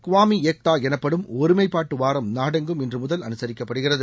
Kwame Ekta எனப்படும் ஒருமைப்பாட்டு வாரம் நாடெங்கும் இன்று முதல் அனுசரிக்கப்படுகிறது